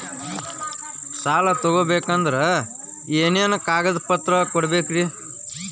ಸಾಲ ತೊಗೋಬೇಕಂದ್ರ ಏನೇನ್ ಕಾಗದಪತ್ರ ಕೊಡಬೇಕ್ರಿ?